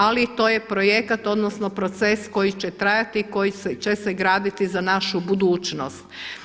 Ali to je projekat, odnosno proces koji će trajati, koji će se graditi za našu budućnost.